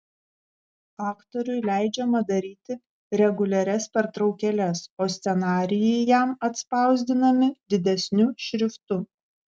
aktoriui leidžiama daryti reguliarias pertraukėles o scenarijai jam atspausdinami didesniu šriftu